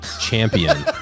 champion